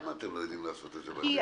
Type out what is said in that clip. למה אתם לא יודעים לעשות את זה ביחד?